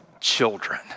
children